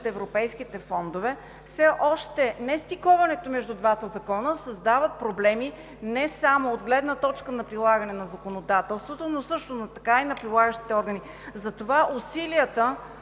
европейските фондове. Все още нестиковането между двата закона създават проблеми не само от гледна точка на прилагане на законодателството, но също така и на прилагащите органи. Усилията